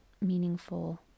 meaningful